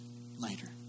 later